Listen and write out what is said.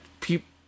people